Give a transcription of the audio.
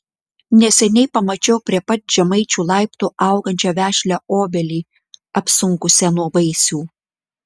neseniai pamačiau prie pat žemaičių laiptų augančią vešlią obelį apsunkusią nuo vaisių